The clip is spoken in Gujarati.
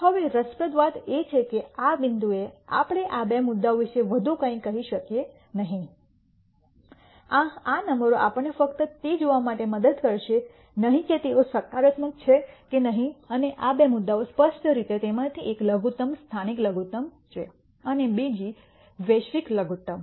હવે રસપ્રદ વાત એ છે કે આ બિંદુએ આપણે આ બે મુદ્દાઓ વિશે વધુ કંઇ કહી શકીએ નહીં આ નંબરો આપણને ફક્ત તે જોવા માટે મદદ કરશે નહીં કે તેઓ સકારાત્મક છે કે નહીં અને આ બે મુદ્દાઓ સ્પષ્ટ રીતે તેમાંથી એક સ્થાનિક લઘુત્તમ છે અને બીજી વૈશ્વિક લઘુત્તમ